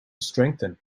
strengthen